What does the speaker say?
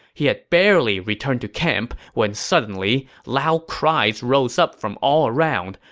he had barely returned to camp when suddenly, loud cries rose up from all around.